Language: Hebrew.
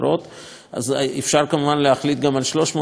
אז אפשר כמובן להחליט גם על 300 ו-400 ועל